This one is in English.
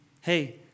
Hey